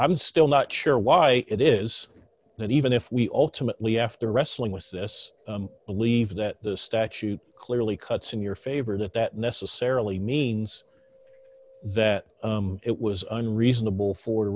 i'm still not sure why it is that even if we alternately after wrestling with this believe that the statute clearly cuts in your favor that that necessarily means that it was unreasonable for